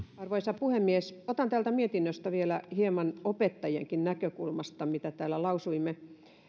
arvoisa puhemies otan täältä mietinnöstä vielä hieman opettajienkin näkökulmasta mitä täällä lausuimme